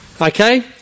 okay